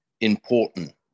important